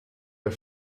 der